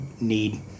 need